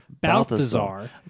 Balthazar